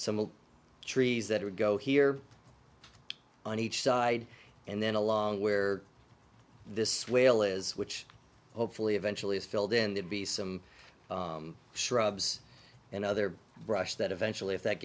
some trees that would go here on each side and then along where this whale is which hopefully eventually is filled in there be some shrubs and other brush that eventually if that